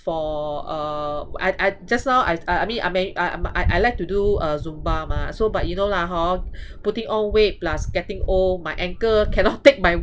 for uh I I just now I I I mean I mean uh I I like to do uh zumba mah so but you know lah hor putting on weight plus getting old my ankle cannot take my